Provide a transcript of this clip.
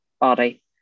body